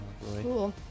cool